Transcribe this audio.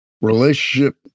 relationship